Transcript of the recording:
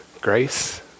Grace